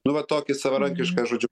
nu va tokį savarankišką žodžiu